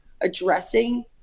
addressing